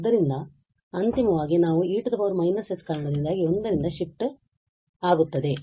ಆದ್ದರಿಂದ ಅಂತಿಮವಾಗಿ ನಾವು ಈ e −s ಕಾರಣದಿಂದಾಗಿ 1 ರಿಂದ ಶಿಫ್ಟ್ ಆಗುತ್ತದೆ